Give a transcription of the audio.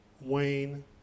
Wayne